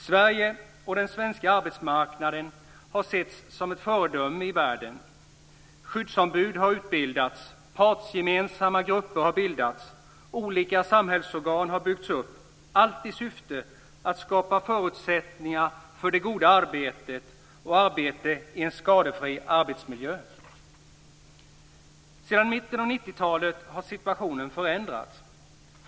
Sverige och den svenska arbetsmarknaden har setts som föredömen i världen. Skyddsombud har utbildats, partsgemensamma grupper har inrättats och olika samhällsorgan har byggts upp, allt i syfte att skapa förutsättningar för det goda arbetet och arbete i en skadefri arbetsmiljö. Sedan mitten av 90-talet har situationen förändrats.